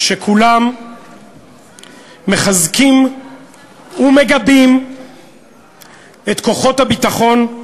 כולם מחזקים ומגבים את כוחות הביטחון,